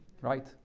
Right